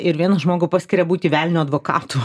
ir vieną žmogų paskiria būti velnio advokatu